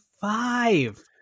five